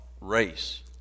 race